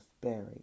buried